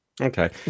Okay